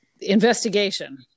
investigation